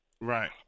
Right